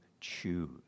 choose